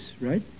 right